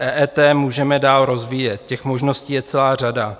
EET můžeme dál rozvíjet, těch možností je celá řada.